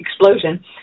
explosion